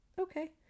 Okay